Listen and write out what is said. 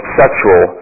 sexual